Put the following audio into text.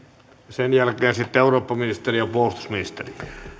sen jälkeen sitten eurooppaministeri ja puolustusministeri